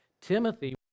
Timothy